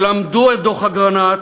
שלמדו את דוח אגרנט,